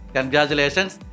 Congratulations